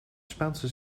spaanse